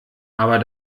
aber